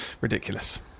ridiculous